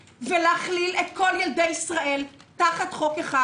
ולהכליל את כל ילדי ישראל תחת חוק אחד.